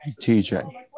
TJ